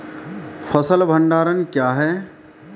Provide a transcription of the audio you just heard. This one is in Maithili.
फसल भंडारण क्या हैं?